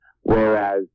Whereas